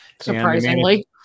surprisingly